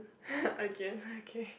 again okay